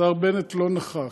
השר בנט לא נכח.